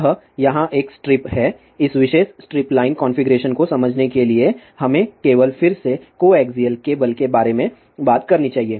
यह यहाँ एक स्ट्रिप है इस विशेष स्ट्रिप लाइन कॉन्फ़िगरेशन को समझने के लिए हमें केवल फिर से कोएक्सियल केबल के बारे में बात करनी चाहिए